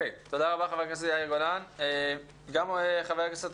תודה רבה, חבר הכנסת יאיר גולן.